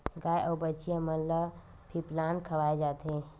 गाय अउ बछिया मन ल फीप्लांट खवाए जाथे